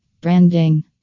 Branding